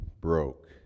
broke